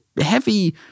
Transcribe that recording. heavy